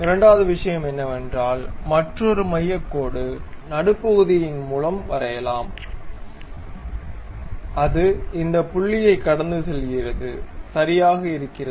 இரண்டாவது விஷயம் என்னவென்றால் மற்றொரு மையக் கோடு நடுப்பகுதியின் மூலம் வரையலாம் அது இந்த புள்ளியைக் கடந்து செல்கிறது சரியாக இருக்கிறது